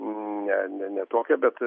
ne ne netuokia bet